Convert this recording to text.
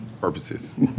purposes